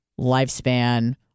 lifespan